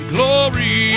Glory